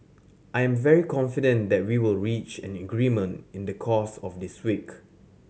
I am very confident that we will reach an agreement in the course of this week